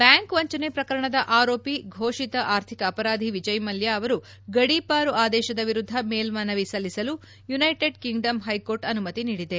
bank ವಂಚನೆ ಪ್ರಕರಣದ ಆರೋಪಿ ಘೋಷಿತ ಆರ್ಥಿಕ ಅಪರಾಧಿ ವಿಜಯ್ ಮಲ್ಯ ಅವರು ಗಡಿಪಾರು ಆದೇಶದ ವಿರುದ್ದ ಮೇಲ್ದನವಿ ಸಲ್ಲಿಸಲು ಯುನೈಟೆಡ್ ಕಿಂಗ್ಡಮ್ ಪ್ಯೆಕೋರ್ಟ್ ಅನುಮತಿ ನೀಡಿದೆ